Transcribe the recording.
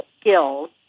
skills